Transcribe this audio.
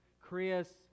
Chris